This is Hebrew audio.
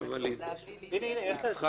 אבל אני ממתין בסבלנות,